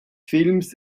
films